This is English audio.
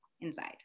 inside